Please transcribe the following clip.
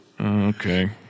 Okay